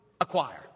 acquire